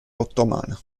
ottomana